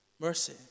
mercy